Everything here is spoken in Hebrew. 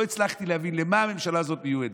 לא הצלחתי להבין למה הממשלה הזאת מיועדת.